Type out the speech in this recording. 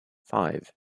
five